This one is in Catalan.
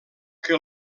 que